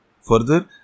Further